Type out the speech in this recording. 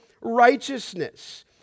righteousness